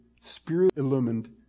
Spirit-illumined